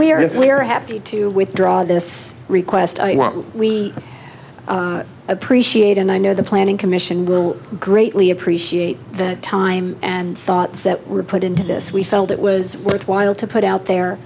if we are happy to withdraw this request we appreciate and i know the planning commission will greatly appreciate the time and thoughts that were put into this we felt it was worthwhile to put out there